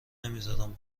نمیزارم